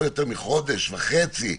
לא יותר מחודש וחצי,